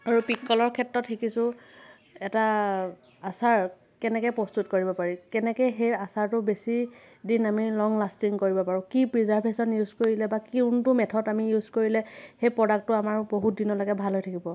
আৰু পিকলৰ ক্ষেত্ৰত শিকিছোঁ এটা আচাৰ কেনেকৈ প্ৰস্তুত কৰিব পাৰি কেনেকৈ সেই আচাৰটো বেছিদিন আমি লং লাষ্টিং কৰিব পাৰোঁ কি প্ৰীজাৰ্ভেশ্বন ইউচ কৰিলে বা কোনটো মেথদ আমি ইউচ কৰিলে সেই প্ৰডাক্টটো আমাৰ বহুদিনলৈকে ভাল হৈ থাকিব